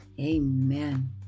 amen